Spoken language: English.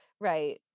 right